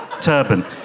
turban